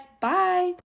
Bye